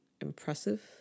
impressive